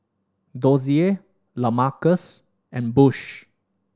Dozier Lamarcus and Bush